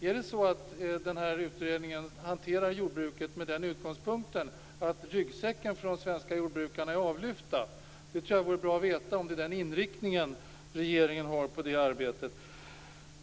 Är det så att den här utredningen hanterar jordbruket med den utgångspunkten att ryggsäcken för de svenska jordbrukarna är avlyft? Det tror jag vore bra att veta, dvs. om det är den inriktningen regeringen har i det arbetet.